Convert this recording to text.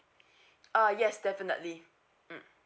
uh yes definitely mm